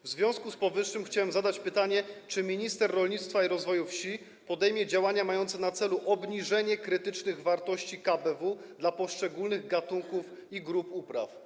W związku z powyższym chciałem zadać pytanie: Czy minister rolnictwa i rozwoju wsi podejmie działania mające na celu obniżenie krytycznych wartości KBW dla poszczególnych gatunków i grup upraw?